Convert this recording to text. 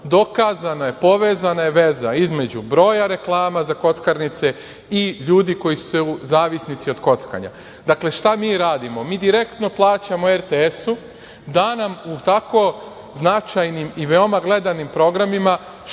dokazana je i povezana je veza između broja reklama za kockarnice i ljudi koji su zavisnici od kockanja. Dakle, šta mi radimo? Mi direktno plaćamo RTS-u da nam u tako značajnim i veoma gledanim programima širi